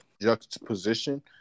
juxtaposition